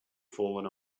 fallen